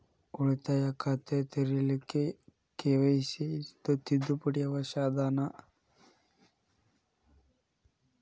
ಉಳಿತಾಯ ಖಾತೆ ತೆರಿಲಿಕ್ಕೆ ಕೆ.ವೈ.ಸಿ ತಿದ್ದುಪಡಿ ಅವಶ್ಯ ಅದನಾ?